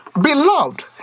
Beloved